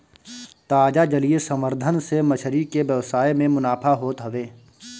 ताजा जलीय संवर्धन से मछरी के व्यवसाय में मुनाफा होत हवे